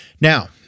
Now